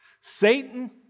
Satan